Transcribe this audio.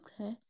Okay